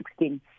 2016